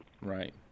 Right